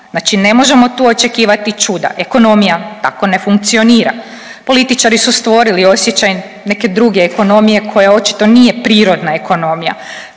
znači ne možemo tu očekivati čuda, ekonomija tako ne funkcionira, političari su stvorili osjećaj neke druge ekonomije koja očito nije prirodna ekonomija,